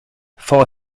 for